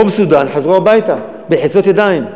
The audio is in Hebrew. מסתננים מדרום-סודאן חזרו הביתה בלחיצות ידיים.